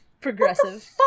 Progressive